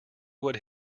what